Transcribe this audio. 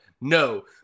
No